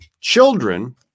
Children